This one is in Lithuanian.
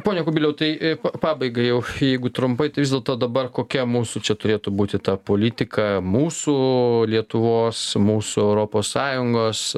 pone kubiliau tai pabaigai jau jeigu trumpai tai vis dėlto dabar kokia mūsų čia turėtų būti ta politika mūsų lietuvos mūsų europos sąjungos